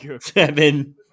Seven